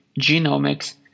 genomics